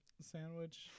sandwich